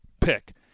pick